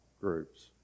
groups